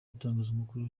ibitangazamakuru